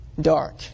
dark